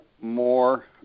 more